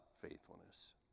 faithfulness